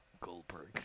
Goldberg